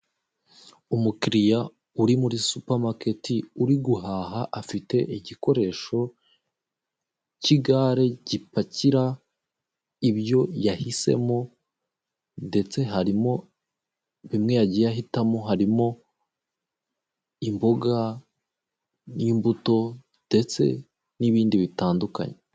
Umukiriya uri muri supamaketi uri guhaha afite igikoresho k'igare gipakira ibyo yahisemo ndetse harimo bimwe yagiye ahitamo harimo imboga, n'imbuto ndetse n'ibindi bitandukanye.